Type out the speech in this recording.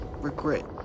regret